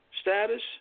status